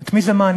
את מי זה מעניין?